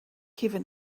heaven